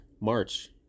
March